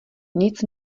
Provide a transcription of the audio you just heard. nic